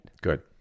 good